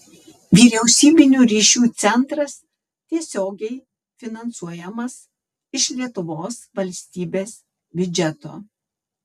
vyriausybinių ryšių centras tiesiogiai finansuojamas iš lietuvos valstybės biudžeto